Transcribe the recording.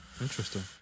Interesting